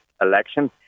election